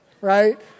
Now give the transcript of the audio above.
right